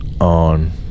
on